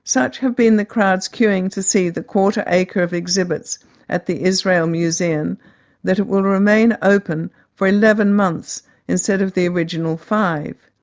such have been the crowds queuing to see the quarter acre of exhibits at the israel museum that it will remain open for eleven months instead of the original five.